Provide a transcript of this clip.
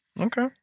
Okay